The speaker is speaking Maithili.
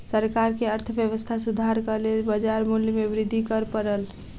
सरकार के अर्थव्यवस्था सुधारक लेल बाजार मूल्य में वृद्धि कर पड़ल